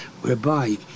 whereby